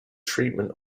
treatment